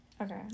Okay